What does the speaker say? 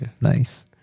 Nice